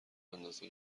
اندازه